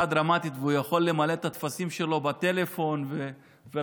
דרמטית והוא יכול למלא את הטפסים שלו בטלפון ולעבוד,